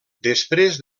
després